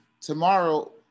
tomorrow